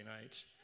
nights